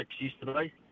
yesterday